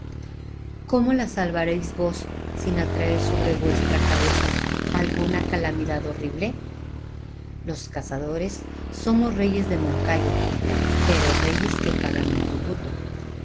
cómo la salvaréis vos sin atraer sobre vuestra cabeza alguna calamidad horrible los cazadores somos reyes del moncayo pero reyes que pagan un tributo